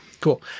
cool